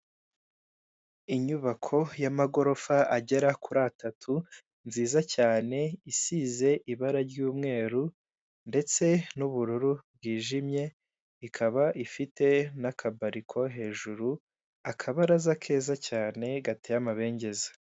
Inyubako y'amagorofa agera kuri atatu, nziza cyane isize ibara ry'umweru, ndetse n'ubururu bwijimye, ikaba ifite n'akabariko hejuru. Akabaraza gateye amabengeza.